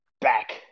back